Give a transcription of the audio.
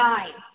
Nine